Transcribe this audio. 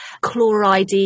chloride